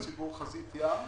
הובטח לציבור חזית ים.